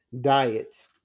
diet